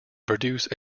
produce